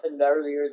earlier